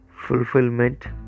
fulfillment